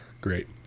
Great